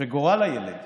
וגורל הילד